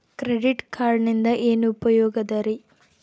Credit ಕಾರ್ಡಿನಿಂದ ಏನು ಉಪಯೋಗದರಿ?